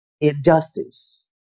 injustice